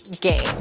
game